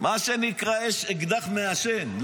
מה שנקרא יש אקדח מעשן.